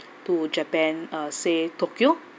to japan uh say tokyo